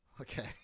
Okay